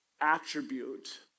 Attribute